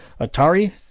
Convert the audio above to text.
Atari